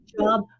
job